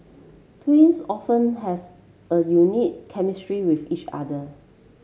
twins often has a unique chemistry with each other